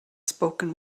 spoken